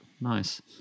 Nice